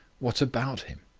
what about him?